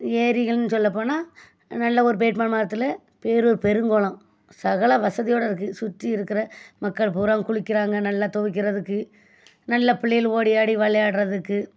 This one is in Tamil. ஏரிகள்னு சொல்லப் போனால் நல்ல ஒரு பேட்மான் மரத்தில் பேரூர் பெருங்குளம் சகல வசதியோடு இருக்குது சுற்றி இருக்கிற மக்கள் பூராம் குளிக்கிறாங்க நல்லா துவைக்கிறதுக்கு நல்ல பிள்ளைகள் ஓடி ஆடி விளையாட்றதுக்கு